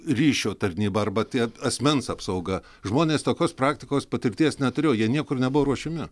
ryšio tarnyba arba tie asmens apsauga žmonės tokios praktikos patirties neturėjo jie niekur nebuvo ruošiami